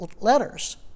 letters